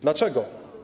Dlaczego?